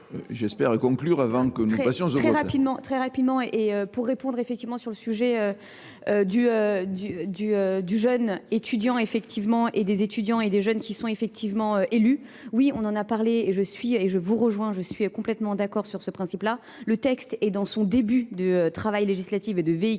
J'espère conclure avant que nous passions au vote. au vote. Très rapidement et pour répondre effectivement sur le sujet du jeune étudiant effectivement et des étudiants et des jeunes qui sont effectivement élus, oui on en a parlé et je vous rejoins, je suis complètement d'accord sur ce principe-là. Le texte est dans son début de travail législatif et de véhicule